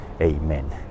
Amen